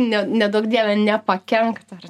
ne neduok dieve nepakenkt ar